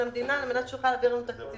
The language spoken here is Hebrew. המדינה על מנת שיוכלו להעביר לנו תקציבים.